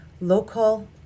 local